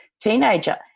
teenager